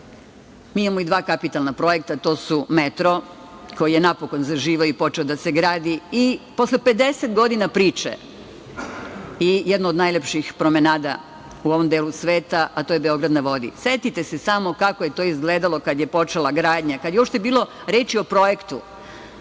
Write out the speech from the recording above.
mi imamo i dva kapitalna projekta. To su metro, koji je napokon zaživeo i počeo da se gradi, i posle 50 godina priče i jednu od najlepših promenada u ovom delu sveta, a to je „Beograd na vodi“. Setite se samo kako je to izgledalo kada je počela gradnja, kada je uopšte bilo reči o projektu.